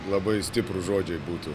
labai stiprūs žodžiai būtų